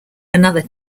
another